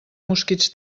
mosquits